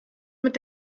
mit